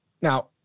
Now